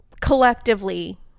collectively